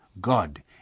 God